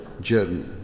journey